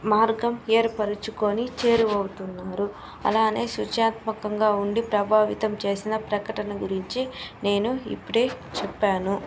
మార్గం ఏర్పరచుకొని చేరువవుతున్నారు అలానే సృజనాత్మకంగా ఉండి ప్రభావితం చేసిన ప్రకటన గురించి నేను ఇప్పుడే చెప్పాను